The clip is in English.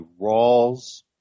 Rawls